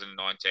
2019